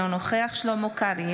אינו נוכח שלמה קרעי,